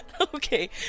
Okay